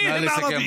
מיהם הערבים,